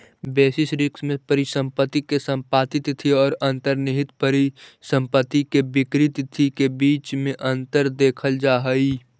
basis risk में परिसंपत्ति के समाप्ति तिथि औ अंतर्निहित परिसंपत्ति के बिक्री के तिथि के बीच में अंतर देखल जा हई